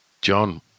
john